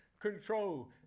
control